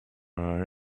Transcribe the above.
our